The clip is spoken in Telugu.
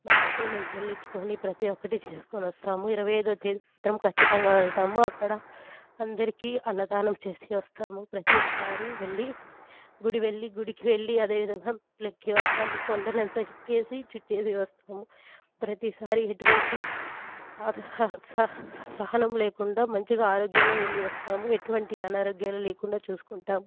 మా మొక్కులు మేము చెల్లించుకొని ప్రతి ఒక్కటి చేసుకుని వస్తాము ఇరవై ఐదవ తేదీ మాత్రం ఖచ్చితంగా వెళ్తాము అక్కడ అందరికీ అన్నదానం చేసి వస్తాము ప్రతిసారి వెళ్ళి గుడి వెళ్ళి గుడికి వెళ్ళి అదే విధంగా ఎక్కి వస్తాము కొండను అంతా ఎక్కేసి చుట్టేసి వస్తాము ప్రతిసారి ఎటువంటి సహ సహనం లేకుండా మంచిగా ఆరోగ్యంగా వెళ్ళి వస్తాము ఎటువంటి అనారోగ్యాలు లేకుండా చూసుకుంటాం